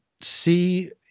see